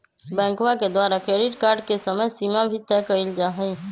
बैंकवा के द्वारा क्रेडिट कार्ड के समयसीमा भी तय कइल जाहई